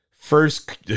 First